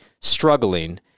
struggling